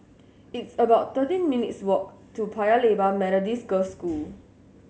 it's about thirteen minutes' walk to Paya Lebar Methodist Girls' School